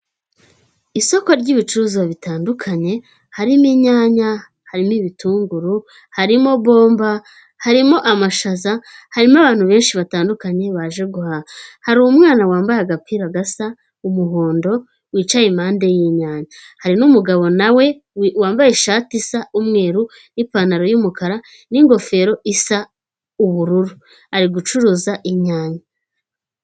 Isoko ry'ibicuruza bitandukanye harimo inyanya, hari n'ibitunguru, harimo bomba, harimo amashaza, harimo abantu benshi batandukanye baje guhaha, hari umwana wambaye agapira gasa umuhondo wicaye impande y'inyanja hari n'umugabo nawe wambaye ishati isa n'umweru n'ipantaro yumukara n'ingofero isa ubururu ari gucuruza inyanya.